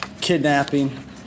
kidnapping